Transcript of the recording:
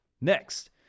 Next